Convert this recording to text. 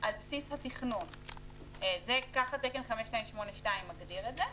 על בסיס התכנון - ככה תקן 5282 מגדיר את זה,